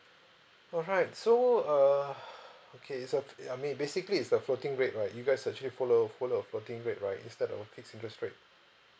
alright so uh okay so today I mean basically it's a floating rate right you guys actually follow follow a floating rate right instead of a fixed interest rate